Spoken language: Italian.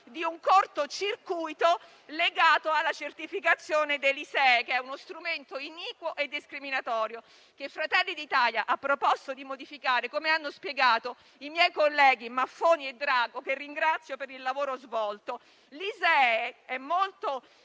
di un corto circuito legato alla certificazione dell'ISEE, che è uno strumento iniquo e discriminatorio, che Fratelli d'Italia ha proposto di modificare, come hanno già spiegato i miei colleghi, senatori Maffoni e Drago, che ringrazio per il lavoro svolto. L'ISEE è molto